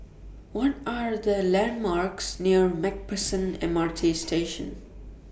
What Are The landmarks near MacPherson M R T Station